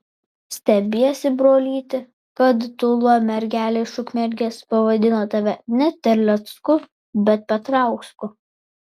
stebiesi brolyti kad tūla mergelė iš ukmergės pavadino tave ne terlecku bet petrausku